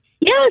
Yes